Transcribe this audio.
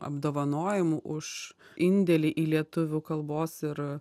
apdovanojimų už indėlį į lietuvių kalbos ir